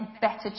better